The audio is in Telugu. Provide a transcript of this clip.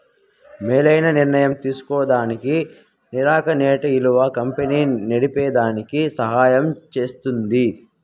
మేలైన నిర్ణయం తీస్కోనేదానికి ఈ నికర నేటి ఇలువ కంపెనీ నడిపేదానికి సహయం జేస్తుంది